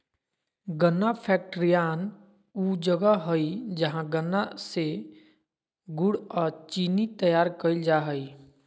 गन्ना फैक्ट्रियान ऊ जगह हइ जहां गन्ना से गुड़ अ चीनी तैयार कईल जा हइ